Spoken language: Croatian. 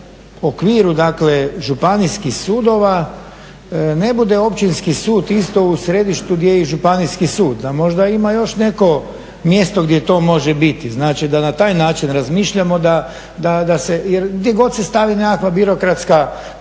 u okviru dakle županijskih sudova ne bude općinski sud isto u središtu gdje je i županijski sud da možda ima još neko mjesto gdje to može biti. Znači da na taj način razmišljamo da se, jer gdje god se stavi nekakva birokratska